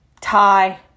Tie